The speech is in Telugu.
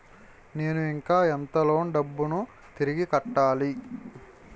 నేను ఇంకా ఎంత లోన్ డబ్బును తిరిగి కట్టాలి?